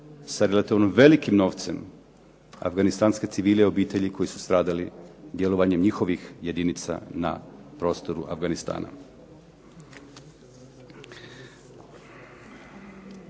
ono velikim novcem afganistanske civile i obitelji koji su stradali djelovanjem njihovih jedinica na prostoru Afganistana.